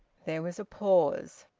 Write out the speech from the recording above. there was a pause.